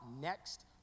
next